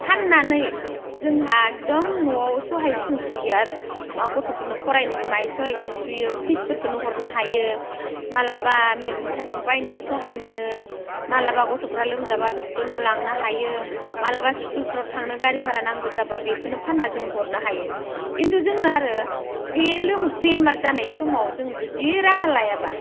फाननानै जोंहा एकदम न'आव सहाय सुंसुयो आरो मा गथ'फोरनोबो फरायनोबो बाहाय सुंसयो फिसफोरखौनो हरनो हायो माब्लाबा मैगं थाइगं बायनायाव सहाय मोनो माब्लाबा गथ'फ्रा लोमजाबा डक्ट'रनाव लांनो हायो माब्लाबा स्कुलफ्राव थांनो गारि भारा नांगौ जाबा बेखौनो फानना जों हरनो हायो खिन्थु जोङो आरो बे लोमजानाय बेमार जानाय समाव जों जुदि राहा लायाबा